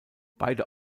beide